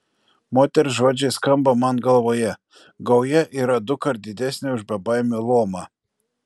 moters žodžiai skamba man galvoje gauja yra dukart didesnė už bebaimių luomą